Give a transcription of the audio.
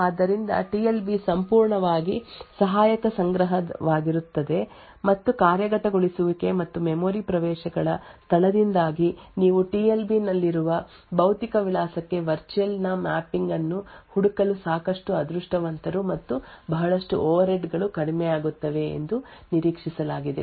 ಆದ್ದರಿಂದ T L B ಸಂಪೂರ್ಣವಾಗಿ ಸಹಾಯಕ ಸಂಗ್ರಹವಾಗಿರುತ್ತದೆ ಮತ್ತು ಕಾರ್ಯಗತಗೊಳಿಸುವಿಕೆ ಮತ್ತು ಮೆಮೊರಿ ಪ್ರವೇಶಗಳ ಸ್ಥಳದಿಂದಾಗಿ ನೀವು ಟಿ ಎಲ್ ಬಿ ನಲ್ಲಿರುವ ಭೌತಿಕ ವಿಳಾಸಕ್ಕೆ ವರ್ಚುಯಲ್ ನ ಮ್ಯಾಪಿಂಗ್ ಅನ್ನು ಹುಡುಕಲು ಸಾಕಷ್ಟು ಅದೃಷ್ಟವಂತರು ಮತ್ತು ಬಹಳಷ್ಟು ಓವರ್ಹೆಡ್ ಗಳು ಕಡಿಮೆಯಾಗುತ್ತವೆ ಎಂದು ನಿರೀಕ್ಷಿಸಲಾಗಿದೆ